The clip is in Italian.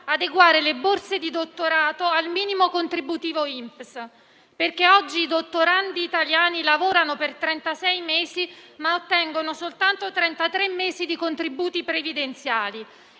delle borse di dottorato al minimo contributivo INPS, perché oggi i dottorandi italiani lavorano per trentasei mesi, ma ottengono soltanto trentatré mesi di contributi previdenziali.